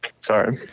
sorry